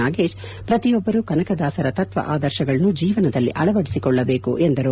ನಾಗೇಶ್ ಪ್ರತಿಯೊಬ್ಬರೂ ಕನಕದಾಸರ ತತ್ವ ಆದರ್ಶಗಳನ್ನು ಜೀವನದಲ್ಲಿ ಅಳವಡಿಕೊಳ್ಳಬೇಕು ಎಂದು ತಿಳಿಸಿದರು